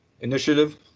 initiative